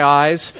eyes